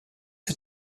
had